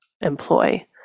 employ